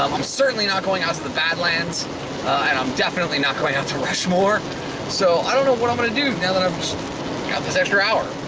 um i'm certainly not going out to the badlands and i'm definitely not going out to rushmore so i don't know what i'm going to do now that i've just got this extra hour.